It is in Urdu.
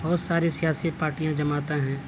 بہت ساری سیاسی پارٹیاں جماعتیں ہیں